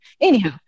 Anyhow